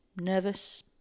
nervous